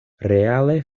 reale